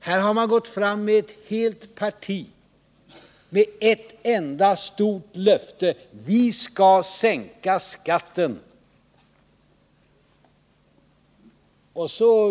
Här har ett helt parti gått fram med ett enda stort löfte: Vi skall sänka skatten.